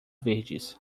verdes